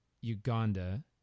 Uganda